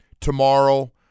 tomorrow